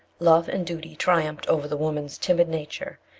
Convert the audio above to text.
love and duty triumphed over the woman's timid nature,